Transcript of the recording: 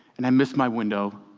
and i missed my window,